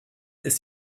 ist